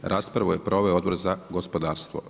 Raspravu je proveo Odbor za gospodarstvo.